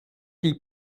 die